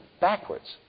backwards